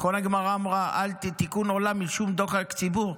נכון הגמרא אמרה תיקון העולם, משום דוחק ציבור?